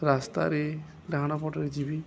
ରାସ୍ତାରେ ଡ଼ାହାଣ ପଟରେ ଯିବି